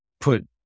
put